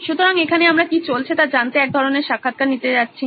সুতরাং এখানে আমরা কি চলছে তা জানতে এক ধরণের সাক্ষাৎকার নিতে যাচ্ছি